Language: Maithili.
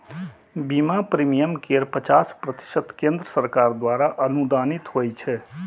बीमा प्रीमियम केर पचास प्रतिशत केंद्र सरकार द्वारा अनुदानित होइ छै